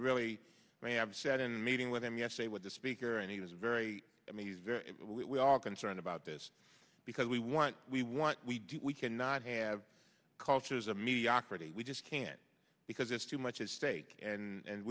i've sat in meeting with him yesterday with the speaker and he was very i mean he's very we are concerned about this because we want we want we do we cannot have cultures of mediocrity we just can't because it's too much at stake and